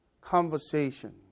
conversation